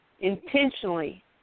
intentionally